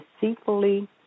deceitfully